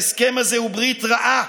ההסכם הזה הוא ברית רעה